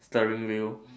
steering wheel